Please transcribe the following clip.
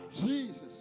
Jesus